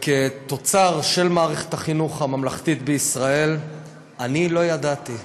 וכתוצר של מערכת החינוך הממלכתית בישראל אני לא ידעתי,